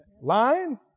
Lying